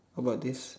about this